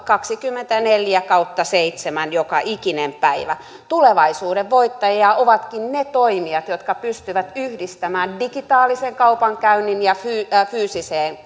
kaksikymmentäneljä kautta seitsemän joka ikinen päivä tulevaisuuden voittajia ovatkin ne toimijat jotka pystyvät yhdistämään digitaalisen kaupankäynnin fyysiseen